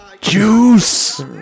Juice